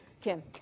Kim